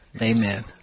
Amen